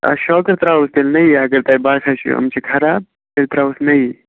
آ شوکَر ترٛاوَو تیٚلہِ نٔیی اگر تۄہہِ باسان چھُو یِم چھِ خراب تیٚلہِ ترٛاوہوس نٔیی